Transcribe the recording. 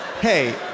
Hey